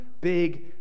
big